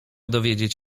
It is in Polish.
dowiedzieć